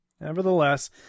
Nevertheless